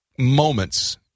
Moments